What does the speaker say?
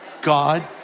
God